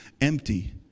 empty